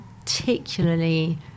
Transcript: particularly